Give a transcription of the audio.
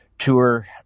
tour